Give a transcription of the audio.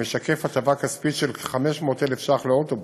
המשקף הטבה כספית של כ-500,000 ש"ח לאוטובוס.